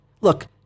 Look